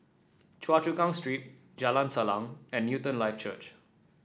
Choa Chu Kang Street Jalan Salang and Newton Life Church